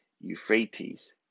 Euphrates